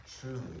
truly